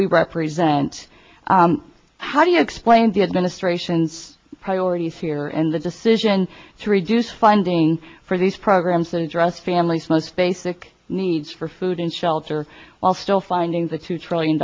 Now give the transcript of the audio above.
we represent how do you explain the administration's priorities here in the decision to reduce funding for these programs that address families most basic needs for food and shelter while still finding the two trillion